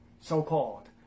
so-called